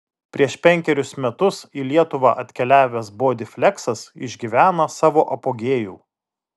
prieš penkerius metus į lietuvą atkeliavęs bodyfleksas išgyvena savo apogėjų